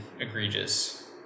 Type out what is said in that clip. egregious